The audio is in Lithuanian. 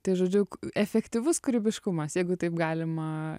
tai žodžiu efektyvus kūrybiškumas jeigu taip galima